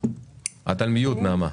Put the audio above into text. בבקשה.